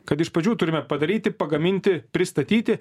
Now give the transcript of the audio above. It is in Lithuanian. kad iš pradžių turime padaryti pagaminti pristatyti